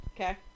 okay